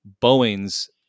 Boeing's